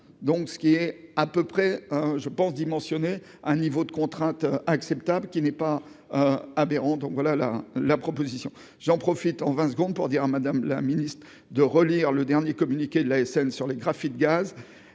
donc ce qui est à peu près hein je pense dimensionné un niveau de contrainte acceptable qui n'est pas aberrant, donc voilà la la proposition, j'en profite, en 20 secondes pour dire à Madame la Ministre, de relire le dernier communiqué de l'ASN sur les graphite-gaz